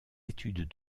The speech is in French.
études